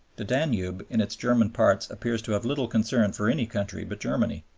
the danube in its german parts appears to have little concern for any country but germany,